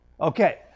Okay